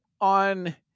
on